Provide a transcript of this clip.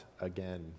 again